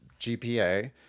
GPA